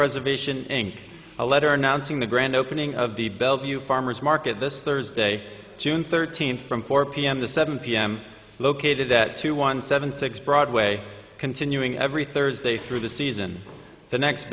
preservation inc a letter announcing the grand opening of the bellevue farmer's market this thursday june thirteenth from four p m to seven p m located at two one seven six broadway continuing every thursday through the season the next